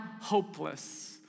hopeless